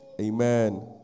amen